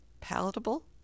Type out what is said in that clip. palatable